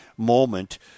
Moment